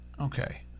Okay